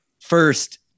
first